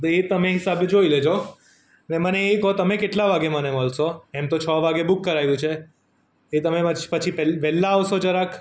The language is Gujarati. તો તમે એ હિસાબે જોઈ લેજો અને મને એ કો તમે કેટલા વાગે મને મળશો એમ તો છો વાગ્યે બુક કરાયું છે એ તમે પછી વહેલા આવશો જરાક